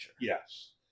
Yes